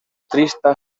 trista